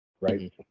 right